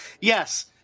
Yes